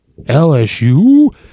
LSU